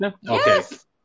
Yes